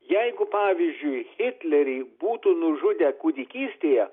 jeigu pavyzdžiui hitlerį būtų nužudę kūdikystėje